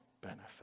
benefit